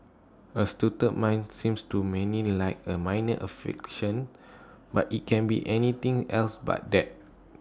A stutter might seems to many like A minor affliction but IT can be anything else but that